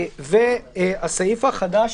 סעיף נוסף